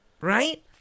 Right